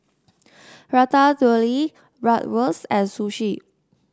Ratatouille Bratwurst and Sushi